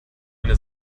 eine